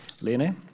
Lene